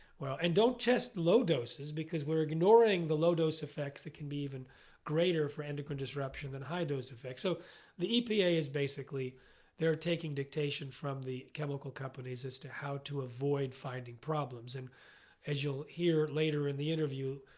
ah and don't test low doses because we're ignoring the low dose effects that can be even greater for endocrine disruption than high dose effects. so the epa is basically they're taking dictation from the chemical companies as to how to avoid finding problems. and as you'll hear later in the interview,